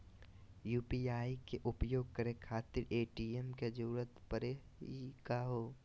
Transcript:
UPI के उपयोग करे खातीर ए.टी.एम के जरुरत परेही का हो?